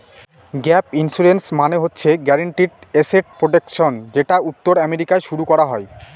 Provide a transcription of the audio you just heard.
gap insurance মানে হচ্ছে guaranteed asset protection যেটা উত্তর আমেরিকায় শুরু করা হয়